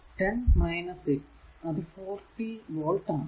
10 6 അത് 40 വോൾട് ആണ്